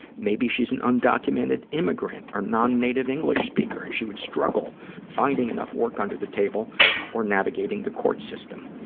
maybe she's an undocumented immigrant or non-native english speaker and she would struggle finding enough work under the table or navigating the court system.